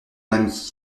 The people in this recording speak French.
ami